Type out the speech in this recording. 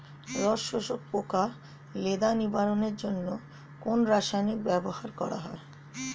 রস শোষক পোকা লেদা নিবারণের জন্য কোন রাসায়নিক ব্যবহার করা হয়?